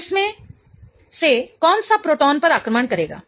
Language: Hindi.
इसमें से कौन सा प्रोटॉन पर आक्रमण करेगा